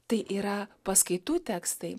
tai yra paskaitų tekstai